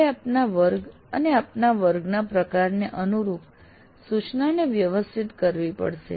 આપે આપના વર્ગ અને આપના વર્ગના પ્રકારને અનુરૂપ સૂચનાને વ્યવસ્થિત કરવી પડશે